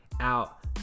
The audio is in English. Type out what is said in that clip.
out